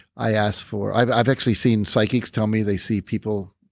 i ask for. i've i've actually seen psychics tell me they see people,